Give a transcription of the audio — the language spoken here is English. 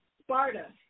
Sparta